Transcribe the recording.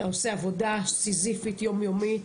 אתה עושה עבודה סיזיפית יומיומית.